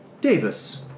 Davis